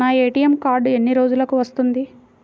నా ATM card ఎన్ని రోజులకు వస్తుంది?